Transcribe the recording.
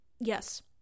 Yes